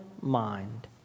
mind